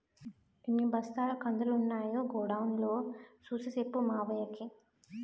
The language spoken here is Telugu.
ఎన్ని బస్తాల కందులున్నాయో గొడౌన్ లో సూసి సెప్పు మావయ్యకి